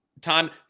time